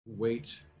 Wait